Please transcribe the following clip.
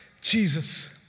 Jesus